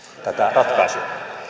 tätä ratkaisua